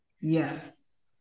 Yes